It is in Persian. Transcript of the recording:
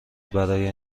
برای